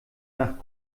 nach